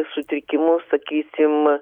sutrikimus sakysim